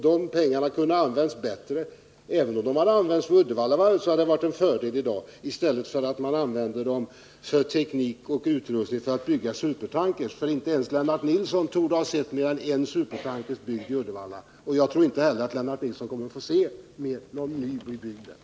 De pengarna kunde ha använts bättre än till teknik och utrustning för supertankers. Inte ens Lennart Nilsson torde ha sett mer än en supertanker byggd i Uddevalla, och jag tror inte heller att Lennart Nilsson kommer att få se någon ny sådan bli byggd där.